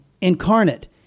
incarnate